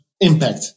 impact